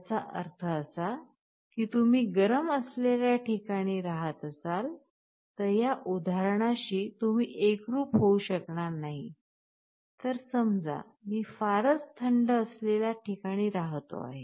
याचा अर्थ असा की तुम्ही गरम असलेल्या ठिकाणी रहात असाल तर ह्या उदाहरणाशी तुम्ही एकरूप होउ शकणार नाही तर समजा मी फारच थंड असलेल्या ठिकाणी राहतो आहे